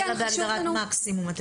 אלא בהגדרת מקסימום.